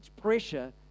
pressure